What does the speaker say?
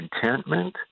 contentment